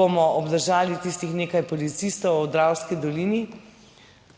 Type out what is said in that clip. bomo obdržali tistih nekaj policistov v Dravski dolini,